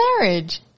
marriage